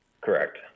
Correct